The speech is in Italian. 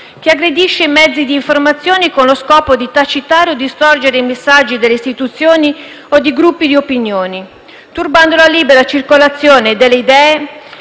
che aggredisce i mezzi di informazioni con lo scopo di tacitare o distorcere i messaggi delle istituzioni o di gruppi di opinione, turbando la libera circolazione delle idee,